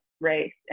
race